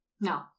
No